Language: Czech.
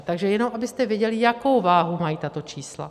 Takže jenom abyste věděli, jakou váhu mají tato čísla.